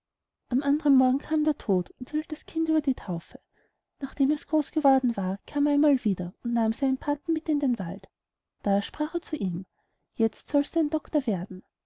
am andern morgen kam der tod und hielt das kind über die taufe nachdem es groß geworden war kam er einmal wieder und nahm seinen pathen mit in den wald da sprach er zu ihm jetzt sollst du ein doctor werden